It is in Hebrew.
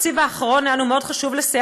בתקציב האחרון היה לנו מאוד חשוב לסייע